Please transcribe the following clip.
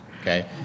Okay